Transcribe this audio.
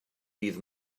dydd